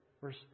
verse